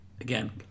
Again